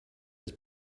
his